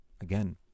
again